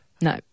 No